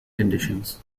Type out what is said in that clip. conditions